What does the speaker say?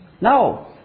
No